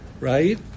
right